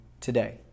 today